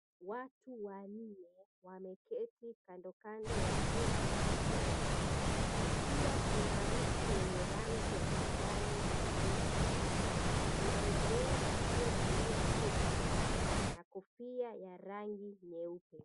Watu wanne wameketi kando kando ya jumba kubwa. Pia kuna mti wenye rangi ya kijani kibichi. Kuna mzee aliyevalia shuka na kofia ya rangi nyeupe.